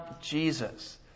Jesus